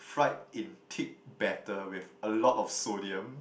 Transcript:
fried in thick batter with a lot of sodium